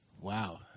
Wow